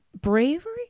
bravery